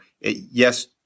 yes